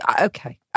okay